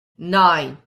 nine